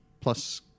plus